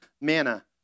manna